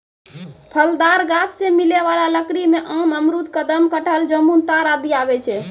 फलदार गाछ सें मिलै वाला लकड़ी में आम, अमरूद, कदम, कटहल, जामुन, ताड़ आदि आवै छै